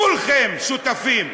כולכם שותפים,